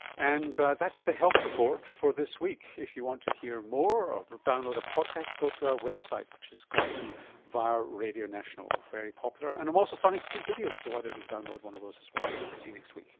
and that's the health report for this week. if you want to hear more or download a podcast, go to our website, which is got to via radio national, very popular, and i'm also starting to do video, so why don't you download one of those as well. see you next week